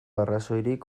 arrazoirik